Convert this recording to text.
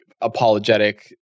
apologetic